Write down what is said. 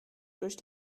durch